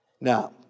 Now